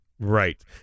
Right